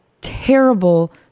terrible